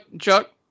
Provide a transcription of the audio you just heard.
Chuck